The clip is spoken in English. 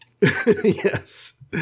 Yes